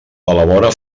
elabora